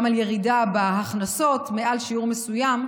גם על ירידה בהכנסות מעל שיעור מסוים,